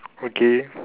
okay